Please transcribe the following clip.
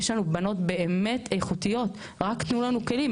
יש לנו בנות באמת איכותיות, רק תנו לנו כלים.